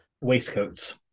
Waistcoats